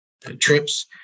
trips